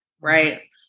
Right